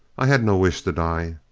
i had no wish to die.